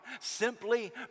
simply